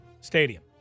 Stadium